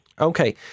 Okay